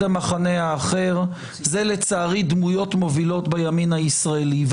המחנה האחר זה לצערי דמויות מובילות בימין הישראלי.